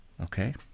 Okay